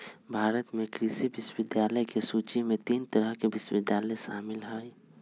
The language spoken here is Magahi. भारत में कृषि विश्वविद्यालय के सूची में तीन तरह के विश्वविद्यालय शामिल हई